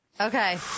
Okay